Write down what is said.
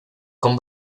con